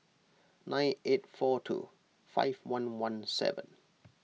nine eight four two five one one seven